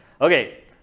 Okay